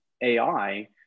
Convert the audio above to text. AI